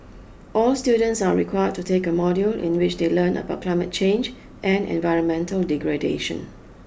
all students are required to take a module in which they learn about climate change and environmental degradation